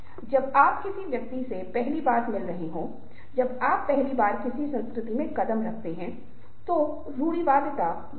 क्योंकि जब हम बातचीत के बारे में बात कर रहे हैं तो एक महत्वपूर्ण चीज वह संस्कृति है जिसके भीतर बातचीत हो रही है